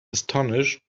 astonished